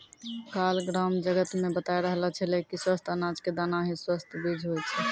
काल ग्राम जगत मॅ बताय रहलो छेलै कि स्वस्थ अनाज के दाना हीं स्वस्थ बीज होय छै